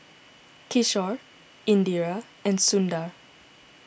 Kishore Indira and Sundar